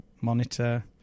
monitor